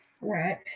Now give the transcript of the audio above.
Right